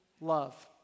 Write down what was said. love